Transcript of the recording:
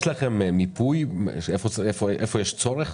יש לכם מיפוי היכן יש צורך?